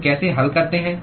हम कैसे हल करते हैं